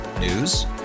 News